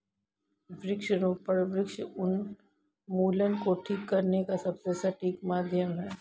वृक्षारोपण वृक्ष उन्मूलन को ठीक करने का सबसे सटीक माध्यम है